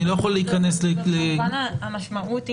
אני לא יכול להיכנס --- המשמעות היא